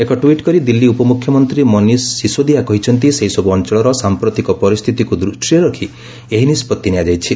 ଏକ ଟ୍ୱିଟ୍ କରି ଦିଲ୍ଲୀ ଉପମୁଖ୍ୟମନ୍ତ୍ରୀ ମନୀଷ ସିଶୋଦିଆ କହିଛନ୍ତି ସେହିସବୁ ଅଞ୍ଚଳର ସାଂପ୍ରତିକ ପରିସ୍ଥିତିକୁ ଦୃଷ୍ଟିରେ ରଖି ଏହି ନିଷ୍ପଭି ନିଆଯାଇଛି